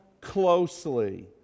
closely